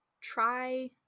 try